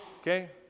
Okay